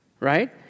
right